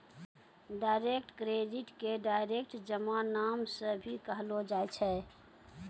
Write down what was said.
direct credit के direct जमा नाम से भी कहलो जाय छै